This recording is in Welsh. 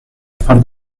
ffordd